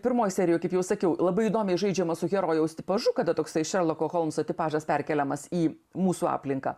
pirmoj serijoj kaip jau sakiau labai įdomiai žaidžiama su herojaus tipažu kada toksai šerloko holmso tipažas perkeliamas į mūsų aplinką